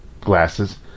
glasses